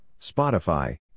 Spotify